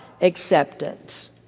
acceptance